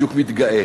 בדיוק מתגאה?